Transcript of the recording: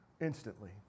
instantly